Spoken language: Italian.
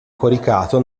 coricato